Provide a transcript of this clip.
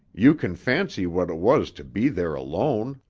you can fancy what it was to be there alone.